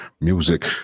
Music